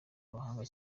abahanga